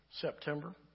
September